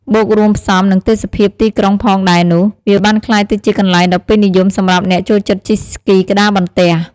បូករួមផ្សំ និងទេសភាពទីក្រុងផងដែរនោះ វាបានក្លាយទៅជាកន្លែងដ៏ពេញនិយមសម្រាប់អ្នកចូលចិត្តជិះស្គីក្ដារបន្ទះ។